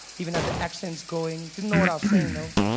even had the accents going, didn't know what i was saying though.